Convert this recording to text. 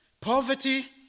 poverty